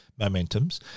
Momentums